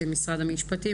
משרד המשפטים,